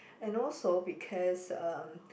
and also because um